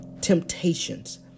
temptations